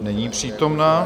Není přítomna.